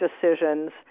decisions